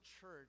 church